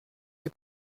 les